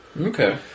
Okay